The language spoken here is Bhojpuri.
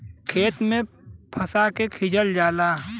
खेत में फंसा के खिंचल जाला